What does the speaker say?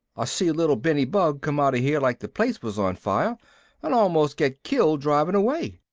i see little benny bug come out of here like the place was on fire and almost get killed driving away?